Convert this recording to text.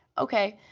okay.